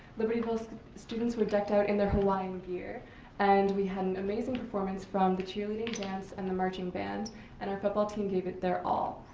libertyville students were decked out in their hawaiian gear and we had an amazing performance from the cheerleading, dance, and the marching band and our football team gave it their. ah